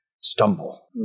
stumble